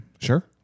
Sure